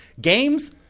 Games